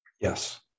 Yes